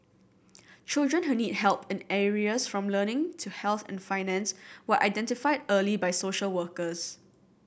children who need help in areas from learning to health and finance were identified early by social workers